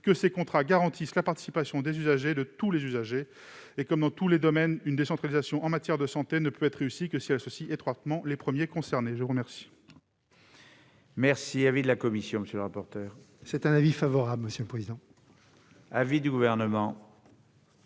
que ces contrats garantissent la participation des usagers- de tous les usagers. Comme dans tous les domaines, une décentralisation en matière de santé ne peut être réussie que si elle associe étroitement les premiers concernés. Quel